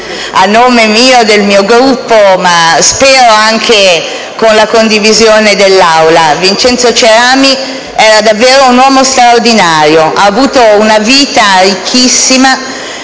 Vincenzo Cerami era davvero un uomo straordinario. Ha avuto una vita ricchissima.